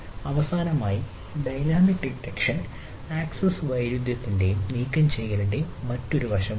അവസാനമായി dynamic detection access വൈരുദ്ധ്യത്തിന്റെയും നീക്കംചെയ്യലിന്റെ മറ്റൊരു വശമുണ്ട്